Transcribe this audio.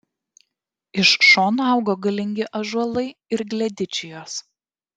iš šonų augo galingi ąžuolai ir gledičijos